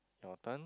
your turn